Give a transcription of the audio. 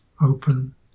open